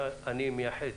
אני מייחד